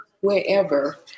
wherever